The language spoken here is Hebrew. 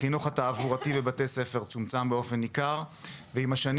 החינוך התעבורתי לבתי ספר צומצם באופן ניכר ועם השנים